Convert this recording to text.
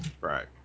Right